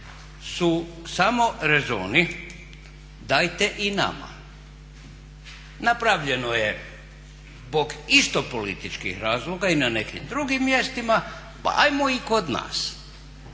su samo rezoni dajte i nama. Napravljeno je zbog isto političkih razloga i na nekim drugim mjestima pa ajmo i kod nas.